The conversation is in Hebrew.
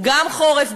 גם חורף,